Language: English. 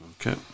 Okay